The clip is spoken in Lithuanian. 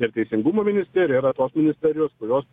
ir teisingumo ministerija yra tos ministerijos kurios